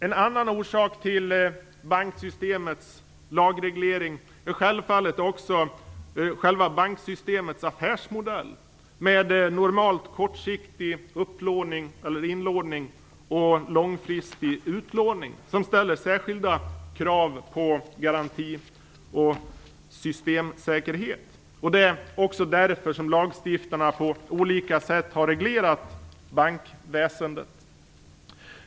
En annan orsak till banksystemets lagreglering är självfallet också själva banksystemets affärsmodell med normalt kortsiktig upplåning eller inlåning och långfristig utlåning, som ställer särskilda krav på garanti och systemsäkerhet. Det är också därför som lagstiftarna på olika sätt har reglerat bankväsendet.